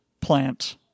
plant